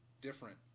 different